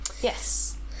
Yes